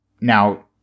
Now